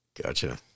Gotcha